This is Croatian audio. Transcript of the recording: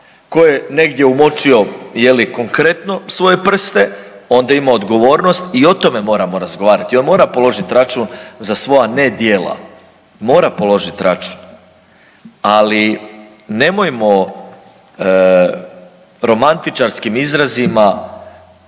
Ko je negdje umočio je li konkretno svoje prste onda ima odgovornost i o tome moramo razgovarati i on mora položiti račun za svoja nedjela, mora položiti račun. Ali nemojmo romantičarskim izrazima